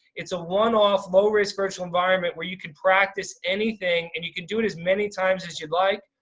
it's a one off low risk virtual environment where you can practice anything and you can do it as many times as you'd like.